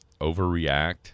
overreact